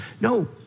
No